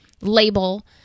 label